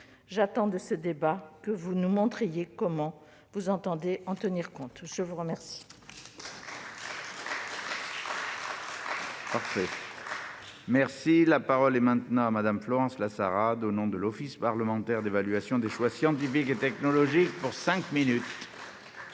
J'attends de ce débat que vous nous montriez comment vous entendez en tenir compte. La parole